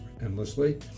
endlessly